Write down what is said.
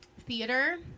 theater